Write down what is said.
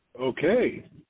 Okay